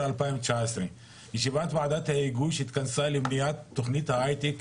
2019. ישיבת ועדת ההיגוי שהתכנסה לבניית תוכנית ההייטק,